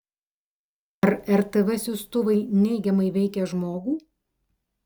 ar rtv siųstuvai neigiamai veikia žmogų